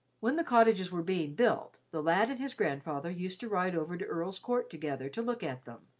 when the cottages were being built, the lad and his grandfather used to ride over to earl's court together to look at them,